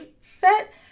set